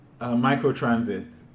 microtransit